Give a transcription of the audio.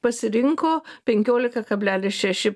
pasirinko penkiolika kablelis šeši